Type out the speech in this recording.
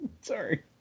Sorry